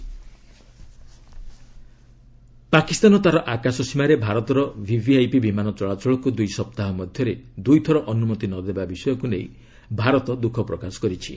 India Pak Pakistan ତା'ର ଆକାଶ ସୀମାରେ ଭାରତର ଭିଭିଆଇପି ବିମାନ ଚଳାଚଳକୁ ଦୁଇ ସପ୍ତାହ ମଧ୍ୟରେ ଦୁଇ ଥର ଅନୁମତି ନ ଦେବା ବିଷୟକୁ ନେଇ ଭାରତ ଦୁଃଖ ପ୍ରକାଶ କରିଛି